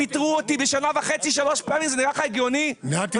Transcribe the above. פיטרו אותו שלוש פעמים בשנה וחצי.